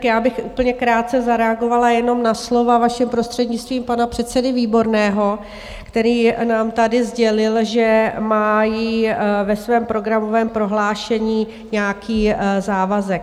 Já bych úplně krátce zareagovala jenom na slova, vaším prostřednictvím, pana předsedy Výborného, který nám tady sdělil, že mají ve svém programovém prohlášení nějaký závazek.